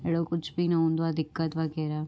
एड़ो कुझ बि न हूंदो आ्हे दिक़त वग़ैरह